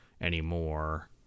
anymore